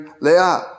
Leah